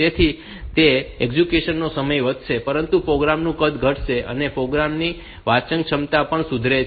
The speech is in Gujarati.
તેથી તે રીતે એક્ઝેક્યુશન નો સમય વધશે પરંતુ પ્રોગ્રામ નું કદ ઘટશે અને પ્રોગ્રામ ની વાંચનક્ષમતા સુધરે છે